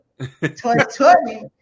2020